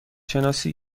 شناسی